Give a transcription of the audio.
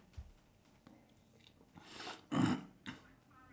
direction sign S I G N